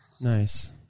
Nice